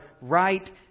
right